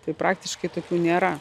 tai praktiškai tokių nėra